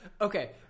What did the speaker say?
Okay